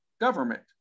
government